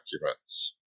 documents